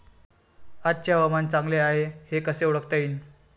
आजचे हवामान चांगले हाये हे कसे ओळखता येईन?